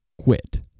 quit